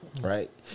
right